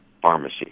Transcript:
pharmacy